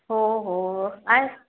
हो हो आहेत